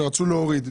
שרצתה להוריד.